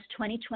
2020